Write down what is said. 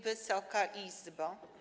Wysoka Izbo!